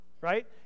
right